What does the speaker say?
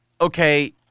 okay